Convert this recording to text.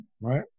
right